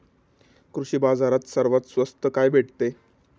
कृषी बाजारात सर्वात स्वस्त काय भेटते?